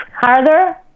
harder